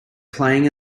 playing